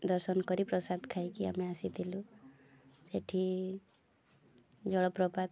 ଦର୍ଶନ କରି ପ୍ରସାଦ ଖାଇକି ଆମେ ଆସିଥିଲୁ ସେଠି ଜଳପ୍ରପାତ